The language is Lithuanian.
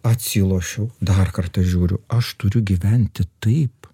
atsilošiu dar kartą žiūriu aš turiu gyventi taip